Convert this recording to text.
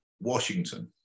Washington